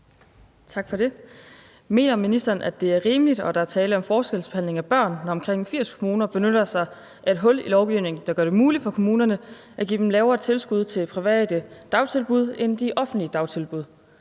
Tak for det. Mener ministeren, at det er rimeligt, og at der er tale om forskelsbehandling af børn, når omkring 80 kommuner benytter sig af et hul i lovgivningen, der gør det muligt for kommunerne at give et lavere tilskud til private dagtilbud end til offentlige dagtilbud?